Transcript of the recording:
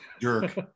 jerk